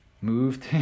moved